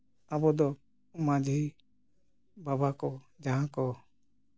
ᱟᱵᱚ ᱫᱚ ᱢᱟᱹᱡᱷᱤ ᱵᱟᱵᱟ ᱠᱚ ᱡᱟᱦᱟᱸ ᱠᱚ